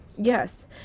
Yes